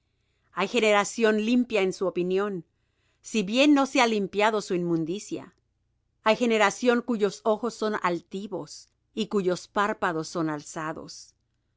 hay generación limpia en su opinión si bien no se ha limpiado su inmundicia hay generación cuyos ojos son altivos y cuyos párpados son alzados